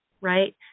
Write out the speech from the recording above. Right